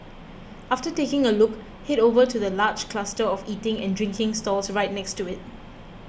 after taking a look head over to the large cluster of eating and drinking stalls right next to it